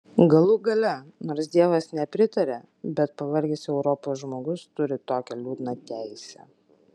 galų gale nors dievas nepritaria bet pavargęs europos žmogus turi tokią liūdną teisę